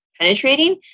penetrating